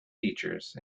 features